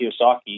Kiyosaki